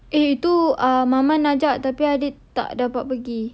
eh tu err mama nak ajak tapi adik tak dapat pergi